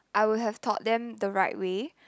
I would have taught them the right way